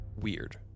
Weird